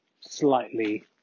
slightly